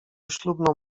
ślubną